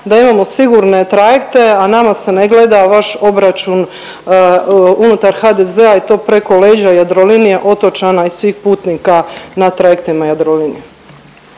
da imamo sigurne trajekte, a nama se ne gleda vaš obračun unutar HDZ-a i to preko leđa Jadrolinije, otočana i svih putnika na trajektima Jadrolinije.